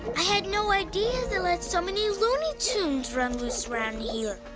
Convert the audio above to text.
i had no idea let so many loony tunes run loose around here.